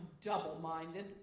double-minded